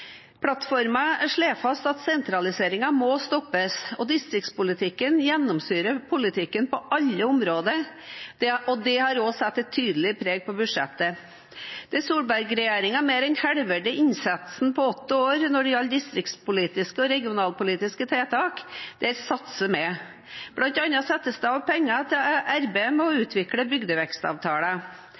slår fast at sentraliseringen må stoppes. Distriktspolitikken gjennomsyrer politikken på alle områder, og det har også satt et tydelig preg på budsjettet. Der Solberg-regjeringen mer enn halverte innsatsen på åtte år når det gjaldt distriktspolitiske og regionalpolitiske tiltak, satser vi. Blant annet settes det av penger til arbeidet med å utvikle bygdevekstavtaler.